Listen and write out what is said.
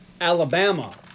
Alabama